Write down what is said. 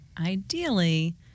ideally